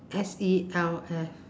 S E L F